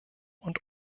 und